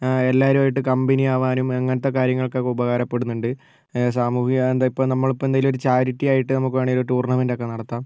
എല്ലാവരുമായിട്ട് കമ്പനി ആവാനും അങ്ങനത്തെ കാര്യങ്ങൾക്കൊക്കെ ഉപകാരപ്പെടുന്നുണ്ട് സാമൂഹിക എന്താണ് ഇപ്പം നമ്മളിപ്പം എന്തെങ്കിലും ഒരു ചാരിറ്റി ആയിട്ട് നമുക്ക് വേണമെങ്കിൽ ഒരു ടൂർണമെൻറ്റ് ഒക്കെ നടത്താം